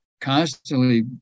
constantly